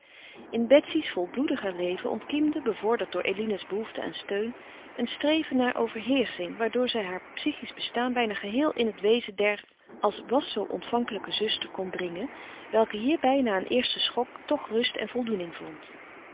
in betsy's volbloediger leven ontkiemde bevorderd door eline's behoefte aan steun een streven naar overheersching waardoor zij haar psychisch bestaan bijna geheel in het wezen der als was zoo ontvankelijke zuster kon dringen welke hierbij na een eersten schok toch rust en voldoening vond